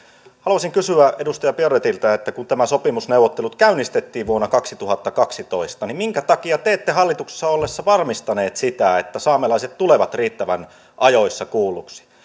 haluaisin kysyä edustaja biaudetilta kun nämä sopimusneuvottelut käynnistettiin vuonna kaksituhattakaksitoista minkä takia te ette hallituksessa ollessanne varmistaneet sitä että saamelaiset tulevat riittävän ajoissa kuulluksi